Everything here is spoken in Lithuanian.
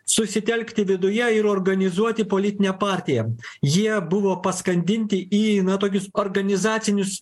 susitelkti viduje ir organizuoti politinę partiją jie buvo paskandinti į na tokius organizacinius